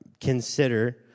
consider